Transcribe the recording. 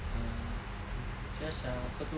ah just ah apa tu